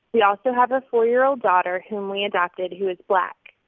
we also have a four year old daughter whom we adopted who is black.